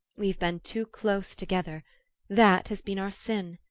we've been too close together that has been our sin.